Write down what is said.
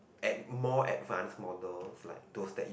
at more advanced model like those that you